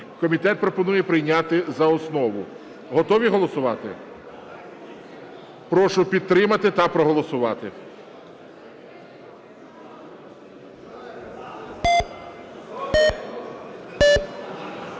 Комітет пропонує прийняти за основу. Готові голосувати? Прошу підтримати та проголосувати.